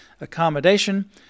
accommodation